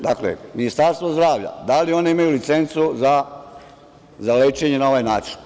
Dakle, Ministarstvo zdravlja, da li one imaju licencu za lečenje na ovaj način?